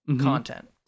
content